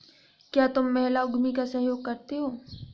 क्या तुम महिला उद्यमी का सहयोग करते हो?